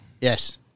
Yes